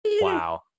Wow